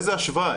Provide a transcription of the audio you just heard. איזו השוואה?